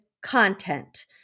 content